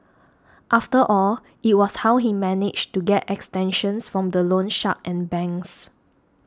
after all it was how he managed to get extensions from the loan shark and banks